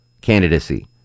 candidacy